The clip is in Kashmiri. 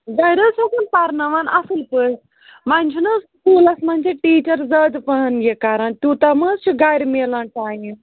گَرِ حظ چھَسَن پرناوان اصل پٲٹھۍ ونۍ چھ نہ حظ سُکولَس مَنٛز چھ ٹیٖچر زیادٕ پہن یہ کران تیوتاہ مہ حظ چھ گَرِ میلان ٹایم